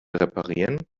reparieren